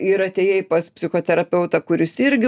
ir atėjai pas psichoterapeutą kuris irgi